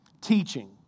Teaching